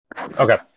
Okay